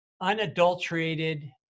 unadulterated